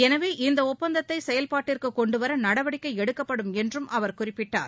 எனவே இந்த ஒப்பந்தத்தை செயல்பாட்டுக்குக் கொண்டுவர நடவடிக்கை எடுக்கப்படும் என்றும் அவர் குறிப்பிட்டார்